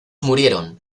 murieron